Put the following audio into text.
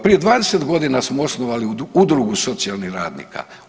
Prije 20 godina smo osnovali Udrugu socijalnih radnika.